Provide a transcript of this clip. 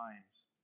times